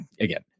again